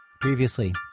Previously